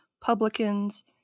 publicans